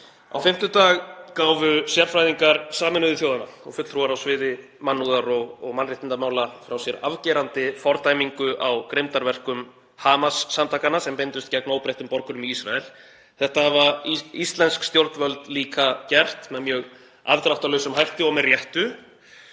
Á fimmtudag gáfu sérfræðingar Sameinuðu þjóðanna og fulltrúar á sviði mannúðar- og mannréttindamála frá sér afgerandi fordæmingu á grimmdarverkum Hamas-samtakanna sem beindust gegn óbreyttum borgurum í Ísrael. Þetta hafa íslensk stjórnvöld líka gert með mjög afdráttarlausum hætti og með réttu.